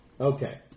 Okay